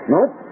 Nope